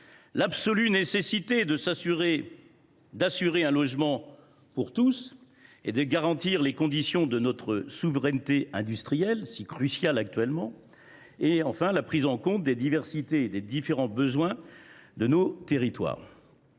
l’absolue nécessité d’assurer un logement pour tous et de garantir les conditions de notre souveraineté industrielle, si cruciale actuellement, et la prise en compte des diversités et des différents besoins de nos territoires.